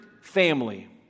family